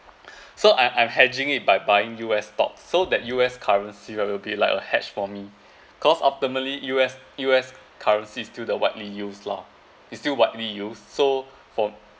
so I I'm hedging it by buying U_S stocks so that U_S currency right will be like a hatch for me cause optimally U_S U_S currency is still the widely used lah is still widely used so for